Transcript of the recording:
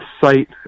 site